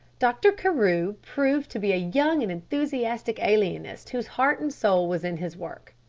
dr. carew proved to be a young and enthusiastic alienist whose heart and soul was in his work.